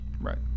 Right